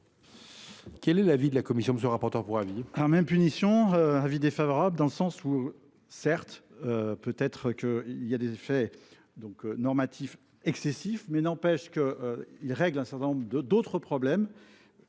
Quel est l’avis de la commission